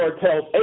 tells